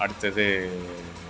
அடுத்தது